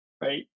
right